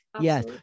Yes